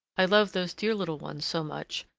i love those dear little ones so much,